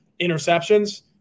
interceptions